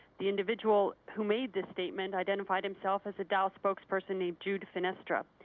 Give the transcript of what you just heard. the individual who made this statement identified himself as a dow spokesperson named jude finisterra.